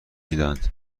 میدهند